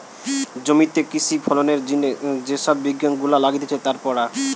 জমিতে কৃষি ফলনের জিনে যে সব বিজ্ঞান গুলা লাগতিছে তার পড়া